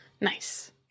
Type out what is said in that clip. Nice